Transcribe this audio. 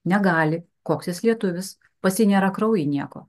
negali koks jis lietuvis pas jį nėra kraujy nieko